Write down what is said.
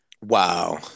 Wow